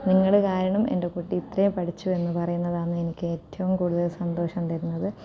നിങ്ങൾ കാരണം എൻ്റെ കുട്ടി ഇത്രയും പഠിച്ചു എന്ന് പറയുന്നതാണ് എനിക്ക് ഏറ്റവും കൂടുതൽ സന്തോഷം തരുന്നത്